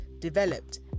developed